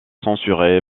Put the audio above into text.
censuré